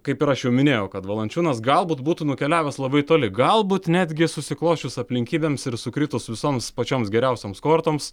kaip ir aš jau minėjau kad valančiūnas galbūt būtų nukeliavęs labai toli galbūt netgi susiklosčius aplinkybėms ir sukritus visoms pačioms geriausioms kortoms